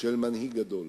של מנהיג גדול.